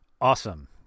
Awesome